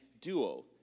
duo